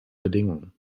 bedingungen